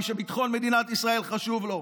מי שביטחון מדינת ישראל חשוב לו,